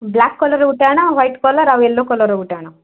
black କଲର୍ର ଗୋଟେ ଆଣ ହ୍ୱାଇଟ୍ କଲର୍ ଆଉ ୟେଲୋ କଲର୍ର ଗୋଟେ ଆଣ